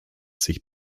sich